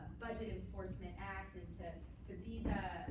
budget enforcement act, and to to be the